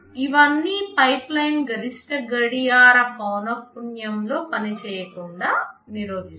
ఇవన్నీ పైప్లైన్ గరిష్ట గడియార పౌన పున్యంలో పనిచేయకుండా నిరోధిస్తాయి